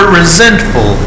resentful